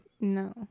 No